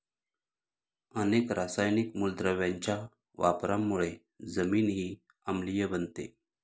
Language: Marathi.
अनेक रासायनिक मूलद्रव्यांच्या वापरामुळे जमीनही आम्लीय बनते